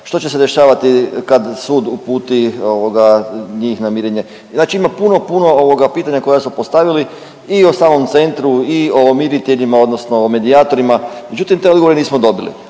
što će se dešavati kad sud uputi ovoga njih na mirenje. Znači ima puno, puno pitanja koja smo postavili i o samom centru i o miriteljima odnosno o medijatorima međutim te odgovore nismo dobili,